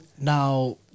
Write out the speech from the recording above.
now